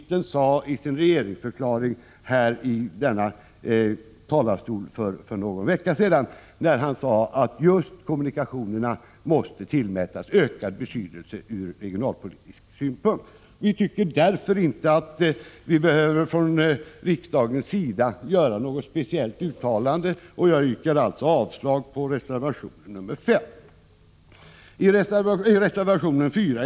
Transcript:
1986/87:7 sade i sin regeringsförklaring i denna talarstol för någon vecka sedan, 15 oktober 1986 nämligen att just kommunikationerna måste tillmätas ökad betydelse ur regionalpolitisk synpunkt. Vi tycker därför inte att riksdagen behöver göra något speciellt uttalande. Jag yrkar bifall till utskottets hemställan under 4, vilket innebär avslag på reservation 4.